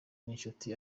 nk’inshuti